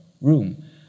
room